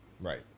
right